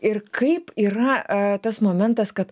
ir kaip yra tas momentas kad